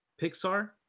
Pixar